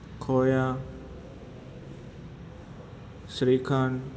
ખોયા shrikhand